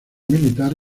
militar